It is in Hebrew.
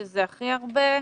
וזה הכי הרבה,